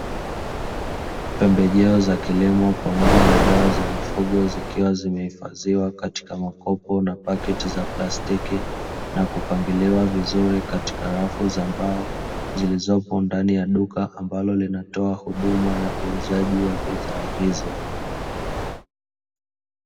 Pembejeo za kilimo pamoja na dawa za mifugo, zikiwa zimehifadhiwa katika makopo na pakiti za plastiki na kupangiliwa vizuri katika rafu za mbao, zilizopo ndani ya duka ambalo linatoa huduma ya uuzaji wa bidhaa hizo.